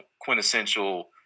quintessential